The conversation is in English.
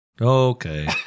Okay